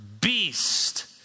beast